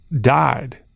died